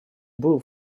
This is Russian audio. был